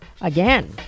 Again